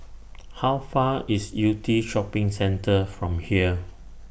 How Far away IS Yew Tee Shopping Centre from here